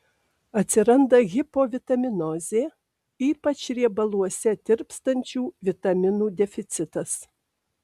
atsiranda hipovitaminozė ypač riebaluose tirpstančių vitaminų deficitas